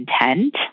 intent